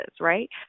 right